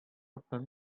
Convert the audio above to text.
яктан